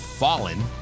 Fallen